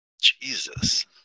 Jesus